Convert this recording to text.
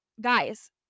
Guys